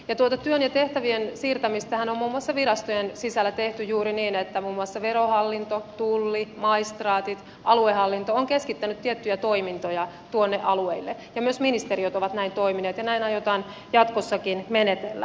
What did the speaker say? tuota työn ja tehtävien siirtämistähän on muun muassa virastojen sisällä tehty juuri niin että muun muassa verohallinto tulli maistraatit ja aluehallinto ovat keskittäneet tiettyjä toimintoja tuonne alueille ja myös ministeriöt ovat näin toimineet ja näin aiotaan jatkossakin menetellä